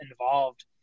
involved